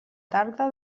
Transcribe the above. tarda